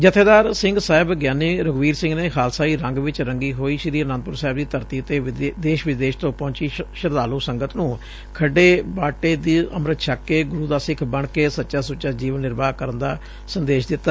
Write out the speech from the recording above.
ਜਬੇਦਾਰ ਸਿੰਘ ਸਾਹਿਬ ਗਿਆਨੀ ਰਘੁਵੀਰ ਸਿੰਘ ਨੇ ਖਾਲਸਾਈ ਰੰਗ ਵਿੱਚ ਰੰਗੀ ਹੋਈ ਸ੍ਰੀ ਆਨੰਦਪੁਰ ਸਾਹਿਬ ਦੀ ਧਰਤੀ ਤੇ ਦੇਸ਼ ਵਿਦੇਸ਼ ਤੋਂ ਪਹੁੰਚੀ ਸ਼ਰਧਾਲੂ ਸੰਗਤ ਨੂੰ ਖੰਡੇ ਬਾਟੇ ਦਾ ਅੰਮ੍ਤਿਤ ਛੱਕ ਕੇ ਗੁਰੂ ਦੇ ਸਿੱਖ ਬਣ ਕੇ ਸੱਚਾ ਸੁਚਾ ਜੀਵਨ ਨਿਰਵਾਹ ਕਰਨ ਦਾ ਸੰਦੇਸ਼ ਦਿੱਤਾ